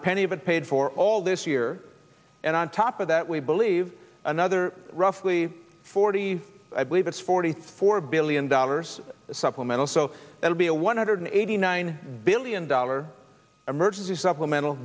it paid for all this year and on top of that we believe another roughly forty i believe it's forty four billion dollars supplemental so it'll be a one hundred eighty nine billion dollar emergency supplemental